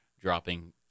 dropping